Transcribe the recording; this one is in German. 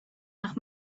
nach